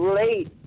late